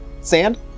sand